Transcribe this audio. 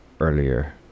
earlier